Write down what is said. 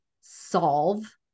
solve